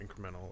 incremental